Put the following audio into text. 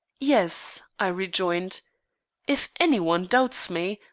yes, i rejoined if any one doubts me,